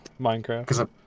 Minecraft